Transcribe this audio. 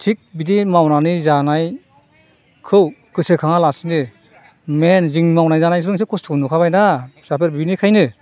थिक बिदि मावनानै जानायखौ गोसोखाङालासिनो मैन जोंनि मावनाय जानाय नोंसोरो कस्त' नुखाबाय दा फिसाफोर बेनिखायनो